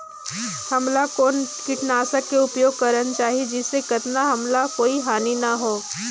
हमला कौन किटनाशक के उपयोग करन चाही जिसे कतना हमला कोई हानि न हो?